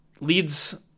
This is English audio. leads